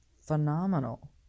phenomenal